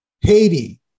Haiti